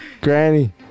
Granny